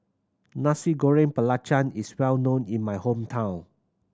Nasi Goreng Belacan is well known in my hometown